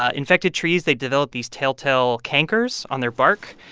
ah infected trees they develop these telltale cankers on their bark.